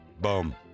Boom